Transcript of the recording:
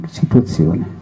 situazione